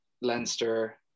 Leinster